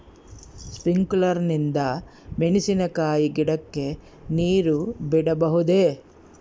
Sprinkler ನಿಂದ ಮೆಣಸಿನಕಾಯಿ ಗಿಡಕ್ಕೆ ನೇರು ಬಿಡಬಹುದೆ?